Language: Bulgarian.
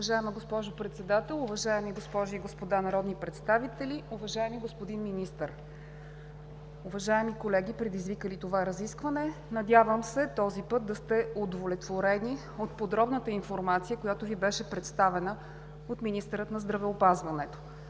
Уважаема госпожо Председател, уважаеми госпожи и господа народни представители, уважаеми господин Министър! Уважаеми колеги, предизвикали това разискване, надявам се този път да сте удовлетворени от подробната информация, която Ви беше представена от министъра на здравеопазването,